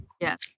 Yes